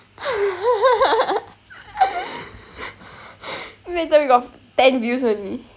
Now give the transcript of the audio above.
then later we got ten views only